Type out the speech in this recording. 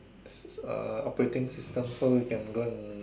s~ operating system so you can go and